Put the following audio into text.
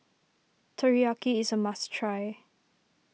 Teriyaki is a must try